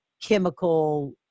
chemical